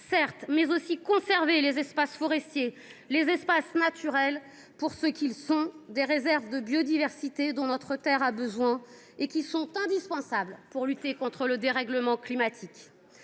certes, mais aussi conserver les espaces forestiers, les espaces naturels pour ce qu’ils sont : des réserves de biodiversité dont notre terre a besoin, indispensables pour lutter contre le dérèglement climatique.